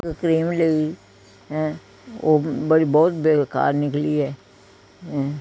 cream ਲਈ ਮੈਂ ਉਹ ਬੜੀ ਬਹੁਤ ਬੇਕਾਰ ਨਿਕਲੀ ਹੈ ਐਂ